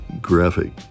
graphic